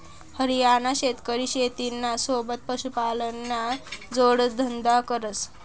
हरियाणाना शेतकरी शेतीना सोबत पशुपालनना जोडधंदा करस